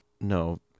No